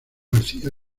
garcía